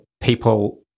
people